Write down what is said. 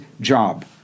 job